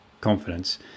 confidence